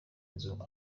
inzu